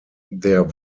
der